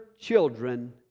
children